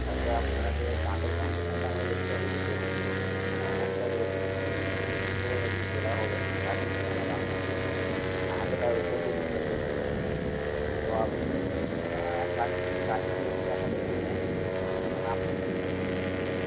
তারপর আপনার আগে দাঁতের কন্ডিশানটা আমাকে দেখতে হবে যে কীরকম মানে অবস্থায় রয়েছে যদি সেরকম বোঝা যায় যে তোলা হবে তাহলে কিন্তু আমরা দাঁত তুলবো নাহলে তার উপর দিয়ে রিপেয়ার করতে পারবো তো আপনি এক কাজ করুন কালকে এসে আমাদের এখানে এই এক্সরের জন্য নাম লেখাতে হয়